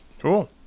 Cool